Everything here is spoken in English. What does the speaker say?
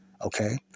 Okay